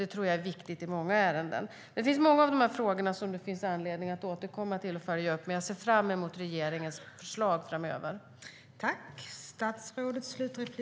Det är viktigt i många ärenden. Många av dessa frågor finns det anledning att återkomma till och följa upp. Jag ser fram emot regeringens kommande förslag.